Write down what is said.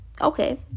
Okay